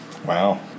Wow